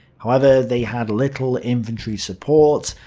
however, they had little infantry support,